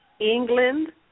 England